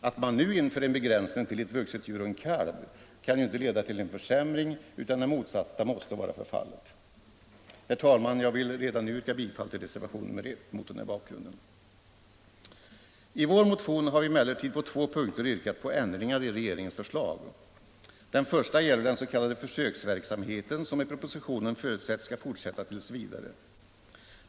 Att man nu inför en begränsning till ett vuxet djur och en kalv kan ju inte leda till försämring, utan det motsatta måste vara fallet. Herr talman! Mot denna bakgrund vill jag redan nu yrka bifall till reservationen 1. I vår motion har vi emellertid på två punkter yrkat på ändringar i regeringens förslag. Den första gäller den s.k. försöksverksamheten, som i propositionen förutsätts fortsätta t. v.